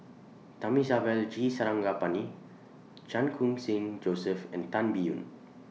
Thamizhavel G Sarangapani Chan Khun Sing Joseph and Tan Biyun